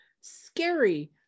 scary